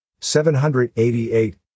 788